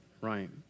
Right